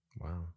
Wow